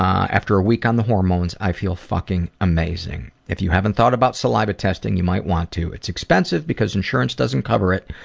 after a week on the hormones i feel fucking amazing. if you haven't thought about saliva testing, you might want to. it's expensive because insurance doesn't cover it,